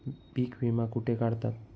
पीक विमा कुठे काढतात?